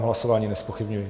Hlasování nezpochybňuji.